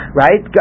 right